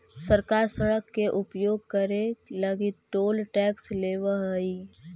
सरकार सड़क के उपयोग करे लगी टोल टैक्स लेवऽ हई